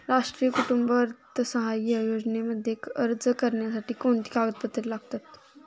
राष्ट्रीय कुटुंब अर्थसहाय्य योजनेमध्ये अर्ज करण्यासाठी कोणती कागदपत्रे लागतात?